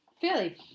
fairly